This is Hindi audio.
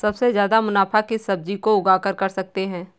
सबसे ज्यादा मुनाफा किस सब्जी को उगाकर कर सकते हैं?